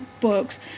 books